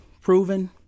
proven